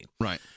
Right